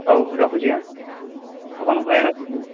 ହଉ ରଖୁଛି ଆଁ ଆଉ କ'ଣ କହିବାର ଅଛି କି